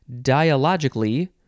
dialogically